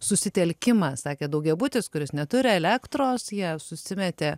susitelkimas sakė daugiabutis kuris neturi elektros jie susimetė